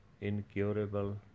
incurable